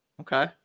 Okay